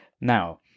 Now